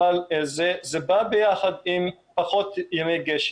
אבל זה בא ביחד עם פחות ימי גשם.